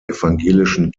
evangelischen